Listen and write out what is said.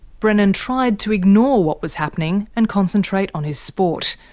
brennan tried to ignore what was happening and concentrate on his sport.